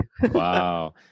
Wow